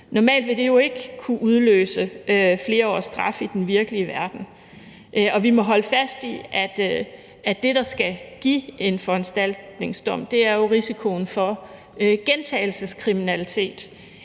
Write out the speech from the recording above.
Normalt ville det jo ikke kunne udløse flere års straf i den virkelige verden. Og vi må holde fast i, at det, der skal give en foranstaltningsdom, jo er risikoen for gentagelseskriminalitet,